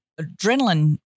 adrenaline